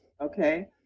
okay